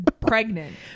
pregnant